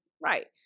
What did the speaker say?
Right